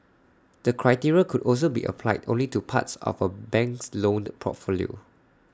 the criteria could also be applied only to parts of A bank's portfolio